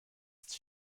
ist